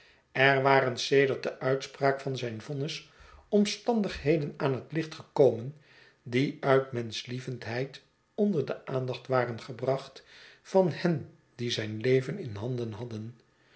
er waren sedert de uitspraak van zijn vonnis omstaridigheden aan het licht gekomen die uit menschlievendheid onder de aandacht waren gebracht van hen die zijn leven in handen hadden